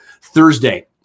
Thursday